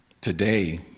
Today